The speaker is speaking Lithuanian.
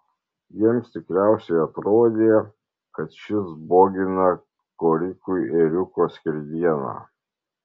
jiems tikriausiai atrodė kad šis bogina korikui ėriuko skerdieną